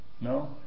No